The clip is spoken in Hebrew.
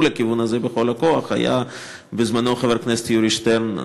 לכיוון הזה בכל הכוח היה בזמנו חבר הכנסת יורי שטרן.